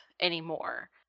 anymore